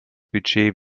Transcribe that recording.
budget